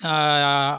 ஆ